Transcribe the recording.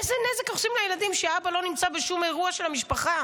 איזה נזק אנחנו עושים לילדים כשאבא לא נמצא בשום אירוע של המשפחה?